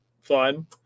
fun